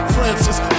Francis